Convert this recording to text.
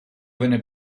venne